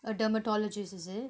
a dermatologist is it